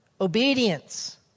obedience